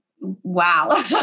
wow